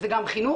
זה גם חינוך,